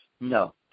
No